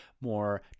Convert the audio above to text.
more